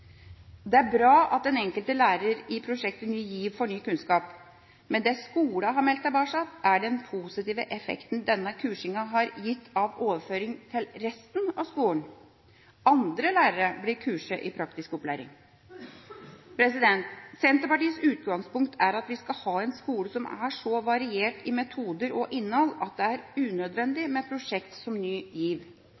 Det er bra at den enkelte lærer i prosjektet Ny GIV får ny kunnskap, men det skolene har meldt tilbake, er den positive effekten denne kursingen har gitt av overføringsverdi for resten av skolen: Andre lærere blir kurset i praktisk opplæring. Senterpartiets utgangspunkt er at vi skal ha en skole som er så variert i metoder og innhold at det er unødvendig